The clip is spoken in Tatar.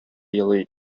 елый